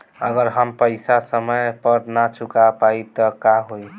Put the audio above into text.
अगर हम पेईसा समय पर ना चुका पाईब त का होई?